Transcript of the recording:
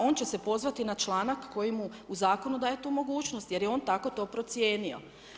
On će se pozvati na članak, kojemu zakonu daje tu mogućnost, jer je on tako to procijenio.